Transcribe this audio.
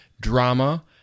drama